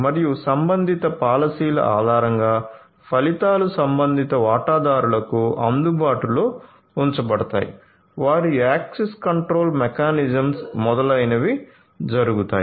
మరియు సంబంధిత పాలసీల ఆధారంగా ఫలితాలు సంబంధిత వాటాదారులకు అందుబాటులో ఉంచబడతాయి వారి యాక్సెస్ కంట్రోల్ మెకానిజమ్స్ మొదలైనవి జరుగుతాయి